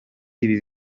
ibi